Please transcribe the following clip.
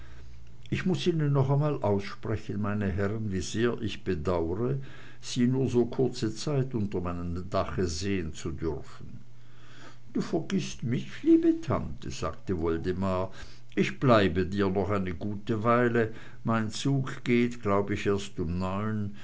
ich muß ihnen noch einmal aussprechen meine herren wie sehr ich bedaure sie nur so kurze zeit unter meinem dache sehen zu dürfen du vergißt mich liebe tante sagte woldemar ich bleibe dir noch eine gute weile mein zug geht glaub ich erst um neun